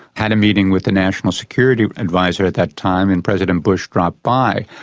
had a meeting with the national security adviser at that time and president bush dropped by.